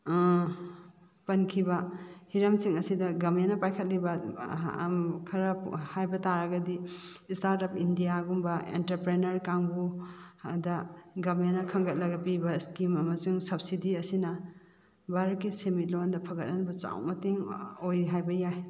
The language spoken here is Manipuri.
ꯄꯟꯈꯤꯕ ꯍꯤꯔꯝꯁꯤꯡ ꯑꯁꯤꯗ ꯒꯃꯦꯟꯅ ꯄꯥꯏꯈꯠꯂꯤꯕ ꯈꯔ ꯍꯥꯏꯕ ꯇꯥꯔꯒꯗꯤ ꯏꯁꯇꯥꯔꯠ ꯎꯞ ꯏꯟꯗꯤꯌꯥꯒꯨꯝꯕ ꯑꯦꯟꯇ꯭ꯔꯄ꯭ꯔꯦꯅꯔ ꯀꯥꯡꯕꯨ ꯑꯗ ꯒꯃꯦꯟꯅ ꯈꯟꯒꯠꯂꯒ ꯄꯤꯕ ꯏꯁꯀꯤꯝ ꯑꯃꯁꯨꯡ ꯁꯕꯁꯤꯗꯤ ꯑꯁꯤꯅ ꯚꯥꯔꯠꯀꯤ ꯁꯤꯃꯤꯠꯂꯣꯟꯗ ꯐꯒꯠꯍꯟꯕ ꯆꯥꯎꯅ ꯃꯇꯦꯡ ꯑꯣꯏꯔꯤ ꯍꯥꯏꯕ ꯌꯥꯏ